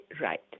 right